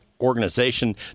organization